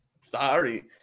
Sorry